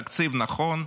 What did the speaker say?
תקציב נכון,